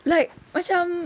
like macam